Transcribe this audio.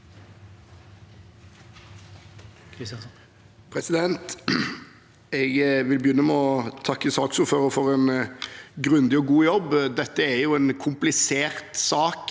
Jeg vil begynne med å takke saksordføreren for en grundig og god jobb. Dette er en komplisert sak